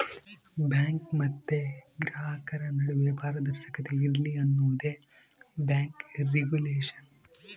bank ಮತ್ತೆ ಗ್ರಾಹಕರ ನಡುವೆ ಪಾರದರ್ಶಕತೆ ಇರ್ಲಿ ಅನ್ನೋದೇ ಬ್ಯಾಂಕ್ ರಿಗುಲೇಷನ್